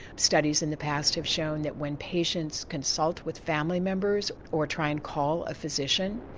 studies in the past have shown that when patients consult with family members or try and call a physician,